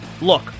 Look